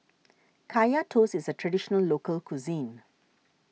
Kaya Toast is a Traditional Local Cuisine